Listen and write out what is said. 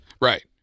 Right